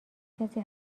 کسی